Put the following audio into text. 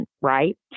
right